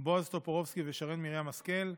בועז טופורובסקי ושרן מרים השכל,